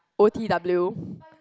O_T_W